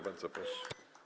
Bardzo proszę.